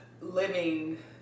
living